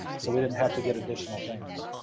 so we didn't have to get additional things.